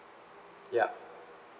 yup